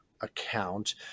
account